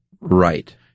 Right